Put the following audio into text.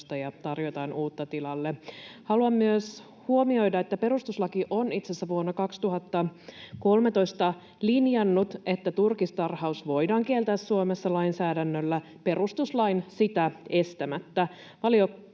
ja tarjotaan uutta tilalle. Haluan myös huomioida, että perustuslakivaliokunta on itse asiassa vuonna 2013 linjannut, että turkistarhaus voidaan kieltää Suomessa lainsäädännöllä perustuslain sitä estämättä.